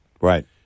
Right